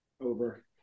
Over